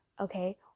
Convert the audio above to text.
Okay